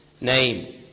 name